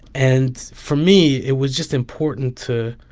and for me, it was just important to